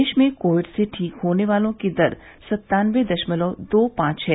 देश में कोविड से ठीक होने वालों की दर सत्तानबे दशमलव दो पांच है